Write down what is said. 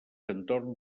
entorn